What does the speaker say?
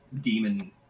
demon